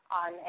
on